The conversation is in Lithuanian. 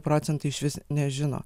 procentai išvis nežino